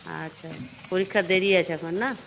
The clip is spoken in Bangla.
আচ্ছা পরীক্ষার দেরি আছে এখন না